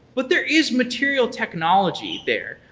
but there is material technology there.